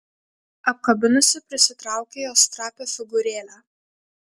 apkabinusi prisitraukė jos trapią figūrėlę